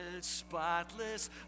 spotless